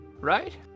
right